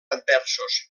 adversos